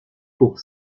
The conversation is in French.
pour